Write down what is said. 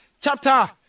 chapter